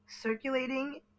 Circulating